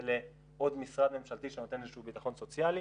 לעוד משרד ממשלתי שנותן איזשהו ביטחון סוציאלי.